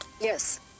Yes